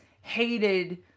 hated